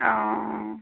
অ অ